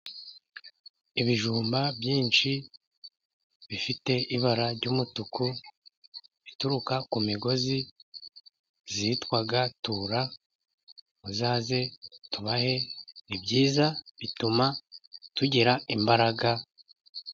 Ibijumba byinshi bifite ibara ry'umutuku, bituruka ku migozi yitwa tura muzaze tubahe. Ni byiza bituma tugira imbaraga.